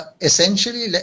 essentially